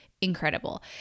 incredible